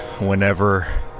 Whenever